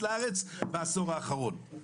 הראל שרעבי, לאומית שירותי בריאות.